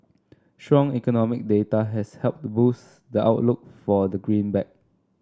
strong economic data has helped boost the outlook for the greenback